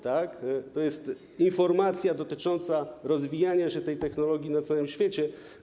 To jest informacja dotycząca rozwijania się tej technologii na całym świecie.